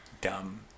dumb